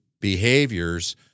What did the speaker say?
behaviors